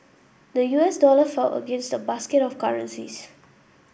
the U S dollar fell against the basket of currencies